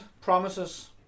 promises